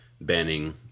banning